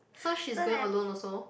so she's going alone also